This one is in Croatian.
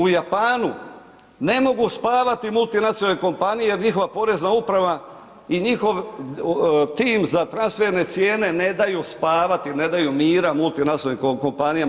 U Japanu ne mogu spavati multinacionalne kompanije jer njihova porezna uprava i njihov tim za transferne cijene ne daju spavati, ne daju mira multinacionalnim kompanijama.